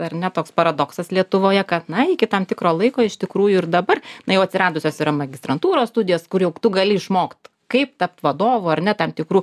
ar ne toks paradoksas lietuvoje kad na iki tam tikro laiko iš tikrųjų ir dabar na jau atsiradusios yra magistrantūros studijos kur jau tu gali išmokt kaip tapt vadovu ar ne tam tikrų